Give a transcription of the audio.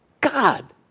God